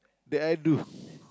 that I do